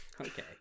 okay